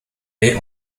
est